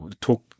Talk